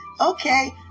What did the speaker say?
Okay